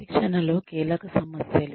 శిక్షణలో కీలక సమస్యలు